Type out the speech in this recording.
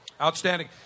Outstanding